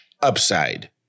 upside